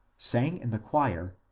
sang in the choir,